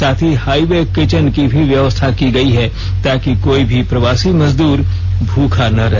साथ ही highway kitchen की भी व्यवस्था की गयी है ताकि कोई भी प्रवासी मजदूर भूखा न रहे